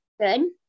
good